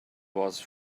was